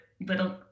little